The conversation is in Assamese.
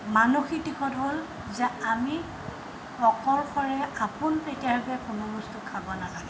মানসিক দিশত হ'ল যে আমি অকলশৰে আপোনপেটীয়াভাৱে কোনো বস্তু খাব নালাগে